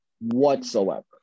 whatsoever